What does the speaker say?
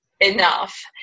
enough